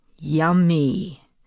yummy